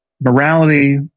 morality